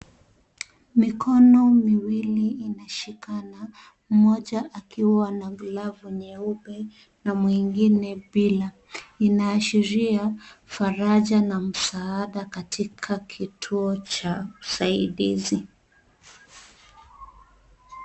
Mikono miwili inashikana, mmoja akiwa na glavu nyeupe na mwingine bila. Inaashiria faraja na msaada katika kituo cha usaindizi.